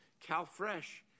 CalFresh